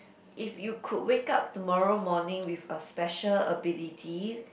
if you could wake up tomorrow morning with a special ability